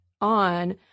on